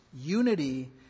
unity